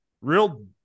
real